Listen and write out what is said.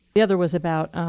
the other was about